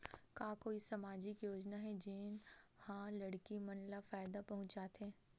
का कोई समाजिक योजना हे, जेन हा लड़की मन ला फायदा पहुंचाथे?